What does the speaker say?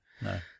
No